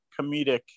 comedic